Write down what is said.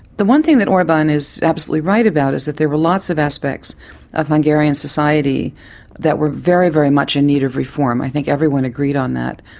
the one thing that orban is absolutely right about is that there were lots of aspects of hungarian society that were very, very much in need of reform, i think everyone agreed on that.